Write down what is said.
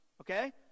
Okay